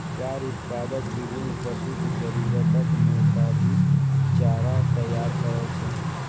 चारा उत्पादक विभिन्न पशुक जरूरतक मोताबिक चारा तैयार करै छै